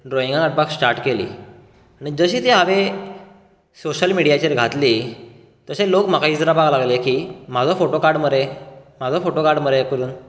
ड्रॉइंगा काडपाक स्टार्ट केली मागीर आनी जशीं ती हांवे सोशल मिडीयाचेर घातली तशे लोक म्हाका इचारपाक लागले की म्हाजो फोटो काड मरे म्हाजो फोटो काड मरे करून